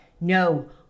no